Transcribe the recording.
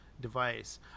device